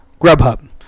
Grubhub